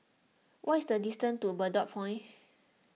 what is the distance to Bedok Point